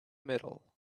middle